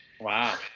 Wow